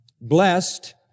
Blessed